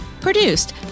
produced